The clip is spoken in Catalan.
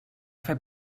fer